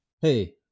hey